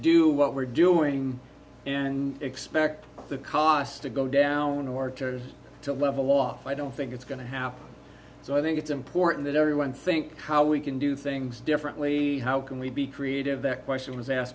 do what we're doing and expect the costs to go down in order to level off i don't think it's going to happen so i think it's important that everyone think how we can do things differently how can we be creative that question was asked